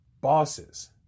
bosses